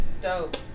Dope